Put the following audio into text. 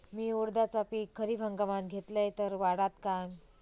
मी उडीदाचा पीक खरीप हंगामात घेतलय तर वाढात काय?